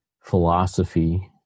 philosophy